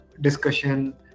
discussion